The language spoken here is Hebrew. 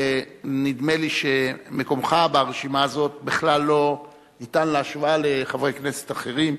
ונדמה לי שמקומך ברשימה הזאת בכלל לא ניתן להשוואה לחברי כנסת אחרים,